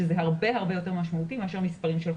שזה הרבה יותר משמעותי מאשר מספרים.